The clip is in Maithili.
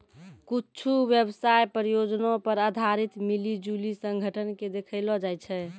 कुच्छु व्यवसाय परियोजना पर आधारित मिली जुली संगठन के देखैलो जाय छै